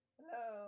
Hello